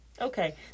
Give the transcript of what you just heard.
Okay